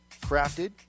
Crafted